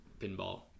pinball